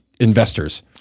investors